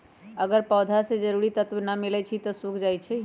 अगर पौधा स के जरूरी तत्व न मिलई छई त उ सूख जाई छई